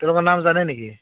তেওঁলোকৰ নাম জানে নেকি